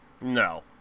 No